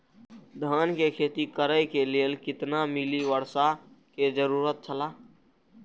धान के खेती करे के लेल कितना मिली वर्षा के जरूरत छला?